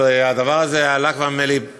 אבל נדמה לי שהדבר הזה הועלה כבר פעמיים